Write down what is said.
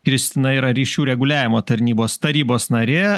kristina yra ryšių reguliavimo tarnybos tarybos narė